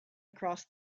across